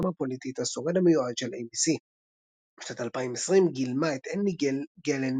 הפוליטית "השורד המיועד" של ABC. בשנת 2020 גילמה את אנני גלן,